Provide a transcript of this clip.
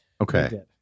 Okay